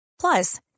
Plus